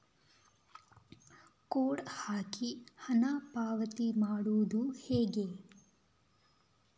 Code ಹಾಕಿ ಹಣ ಪಾವತಿ ಮಾಡೋದು ಹೇಗೆ?